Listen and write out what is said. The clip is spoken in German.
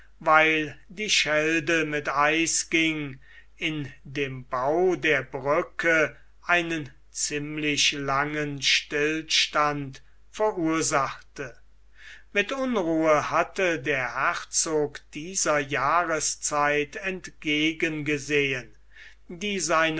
weil die schelde mit eis ging in dem bau der brücke einen ziemlich langen stillstand verursachte mit unruhe hatte der herzog dieser jahreszeit entgegengesehen die